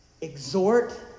exhort